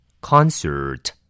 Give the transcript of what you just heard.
Concert